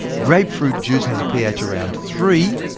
grapefruit juice has a ph around three,